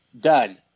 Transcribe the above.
done